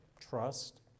trust